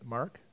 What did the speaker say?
Mark